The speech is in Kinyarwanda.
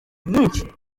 nyinshi